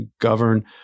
govern